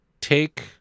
take